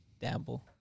dabble